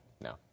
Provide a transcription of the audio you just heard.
No